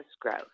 growth